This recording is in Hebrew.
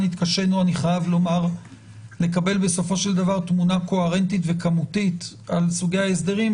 התקשינו לקבל תמונה קוהרנטית וכמותית על סוגי ההסדרים,